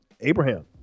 Abraham